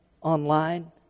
online